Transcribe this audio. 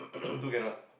two cannot